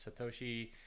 satoshi